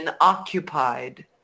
occupied